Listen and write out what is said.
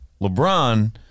LeBron